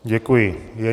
Děkuji.